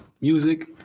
music